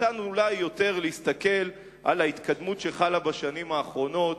ניתן אולי יותר להסתכל על ההתקדמות שחלה בשנים האחרונות,